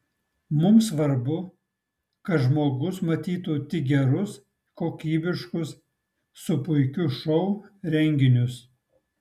mums svarbu kad žmogus matytų tik gerus kokybiškus su puikiu šou renginius